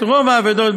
רוב האבדות,